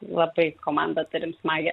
labai komandą turim smagią